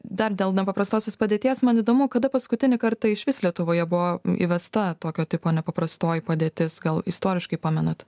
dar dėl nepaprastosios padėties man įdomu kada paskutinį kartą išvis lietuvoje buvo įvesta tokio tipo nepaprastoji padėtis gal istoriškai pamenat